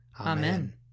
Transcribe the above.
Amen